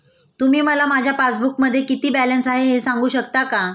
तुम्ही मला माझ्या पासबूकमध्ये किती बॅलन्स आहे हे सांगू शकता का?